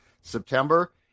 September